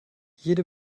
jede